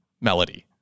melody